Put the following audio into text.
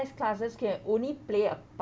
~se classes can only play a pa~